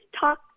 talk